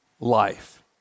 life